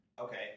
Okay